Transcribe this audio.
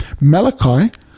Malachi